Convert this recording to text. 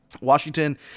Washington